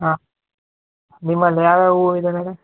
ಹಾಂ ನಿಮ್ಮಲ್ಲಿ ಯಾವ್ಯಾವ ಹೂ ಇದೆ ಮೇಡಮ್